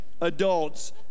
adults